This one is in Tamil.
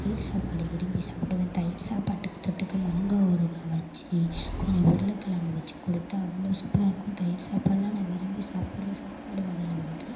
தயிர் சாப்பாடு விரும்பி சாப்பிடுவேன் தயிர் சாப்பாட்டுக்கு தொட்டுக்க மாங்காய் ஊறுகாய் வச்சு கொஞ்சம் உருளைக்கிழங்கு வச்சுக் கொடுத்தா அவ்வளோ சூப்பராக இருக்கும் தயிர் சாப்பாடலாம் நான் விரும்பி சாப்பிட்ற சாப்பாடு வகையில் ஒன்று